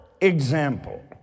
example